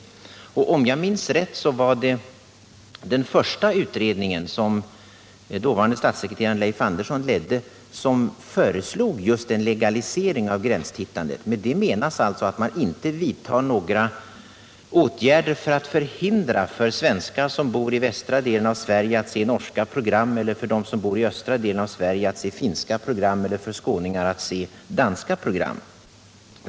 Om jag minns rätt var det den första utredningen, som dåvarande statssekreteraren Leif Andersson ledde, som föreslog en legalisering av gränstittandet. Med det menas att man inte vidtar några åtgärder för att förhindra svenskar som bor i västra delen av Sverige att titta på norska program, för dem som bor i östra delen av Sverige att se på finska program eller för skåningar att se på danska program.